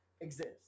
exist